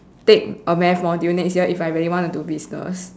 take a math module next year if I really want to do business